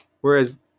Whereas